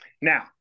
Now